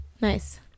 Nice